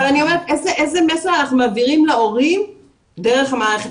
אבל איזה מסר אנחנו מעבירים להורים דרך המערכת?